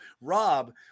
Rob